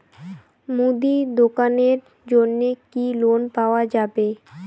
মুদি দোকানের জন্যে কি লোন পাওয়া যাবে?